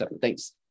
Thanks